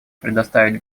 предоставить